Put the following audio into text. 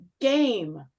game